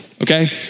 okay